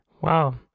Wow